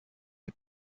est